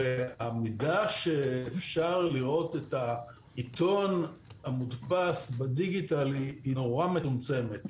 המידה שאפשר לראות את העיתון המודפס בדיגיטל היא מאוד מצומצמת.